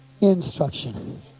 instruction